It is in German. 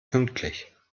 pünktlich